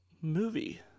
movie